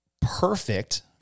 perfect